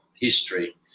history